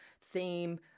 theme